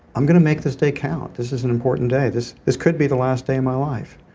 i'm going to make this day count this is an important day. this this could be the last day of my life.